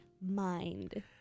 mind